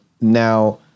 Now